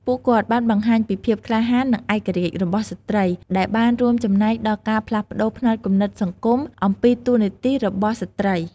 ពួកគាត់បានបង្ហាញពី ភាពក្លាហាន និងឯករាជ្យ របស់ស្ត្រី ដែលបានរួមចំណែកដល់ការផ្លាស់ប្តូរផ្នត់គំនិតសង្គមអំពីតួនាទីរបស់ស្ត្រី។